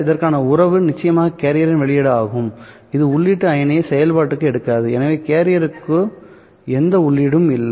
இதற்கான உறவு நிச்சயமாக கேரியரின் வெளியீடு ஆகும் இது உள்ளீட்டு அயனியை செயல்பாட்டுக்கு எடுக்காதுஎனவே கேரியருக்கு எந்த உள்ளீடும் இல்லை